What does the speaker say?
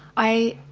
i